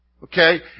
Okay